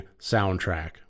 soundtrack